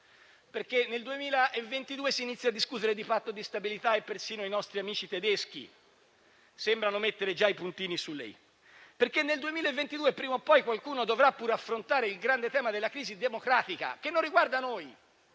perché nel 2022 si inizia a discutere di Patto di stabilità e persino i nostri amici tedeschi sembrano mettere già i puntini sulle "i", perché nel 2022 prima o poi qualcuno dovrà pur affrontare il grande tema della crisi democratica, che non riguarda noi.